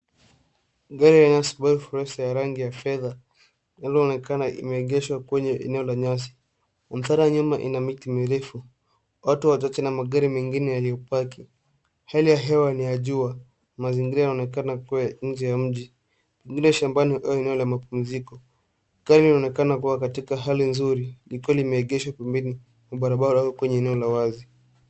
Gari aina ya subaro forester ya rangi ya fedha linaloonekana likiwa limeegeshwa katika eneo la nyasi. Mandhari ya nyuma ina miti mirefu, watu wachache na magari mengine yaliyopaki. Hali ya hewa ni ya jua. Mazingira yanaonekana kuwa ya nje ya mji, pengine shambani au eneo la mapumziko. Gari linaonekana kuwa katika hali nzuri likiwa limeegeshwa kwenye barabara au eneo la wazi.